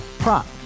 Prop